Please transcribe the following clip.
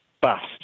bust